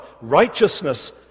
righteousness